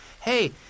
Hey